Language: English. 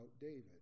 David